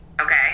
okay